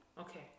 okay